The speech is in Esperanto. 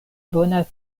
bona